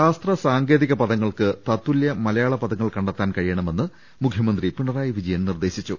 ശാസ്ത്ര സാങ്കേതിക പദങ്ങൾക്ക് തത്തുല്യ മലയാള പദങ്ങൾ കണ്ടെ ത്താൻ കഴിയണമെന്ന് മുഖ്യമന്ത്രി പിണറായി വിജയൻ നിർദേശിച്ചു